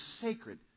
sacred